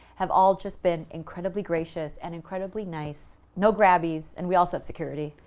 have all just been incredibly gracious and incredibly nice, no grabbies, and we also have security,